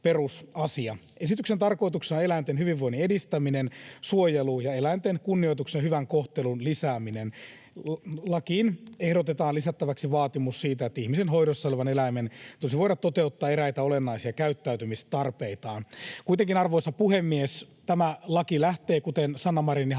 Esityksen tarkoituksena on eläinten hyvinvoinnin edistäminen, suojelu ja eläinten kunnioituksen ja hyvän kohtelun lisääminen. Lakiin ehdotetaan lisättäväksi vaatimus siitä, että ihmisen hoidossa olevan eläimen tulisi voida toteuttaa eräitä olennaisia käyttäytymistarpeitaan. Kuitenkin, arvoisa puhemies, tämä laki lähtee, kuten Sanna Marinin